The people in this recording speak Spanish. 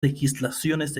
legislaciones